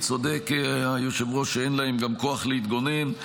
צודק היושב-ראש, אין להם גם כוח להתגונן.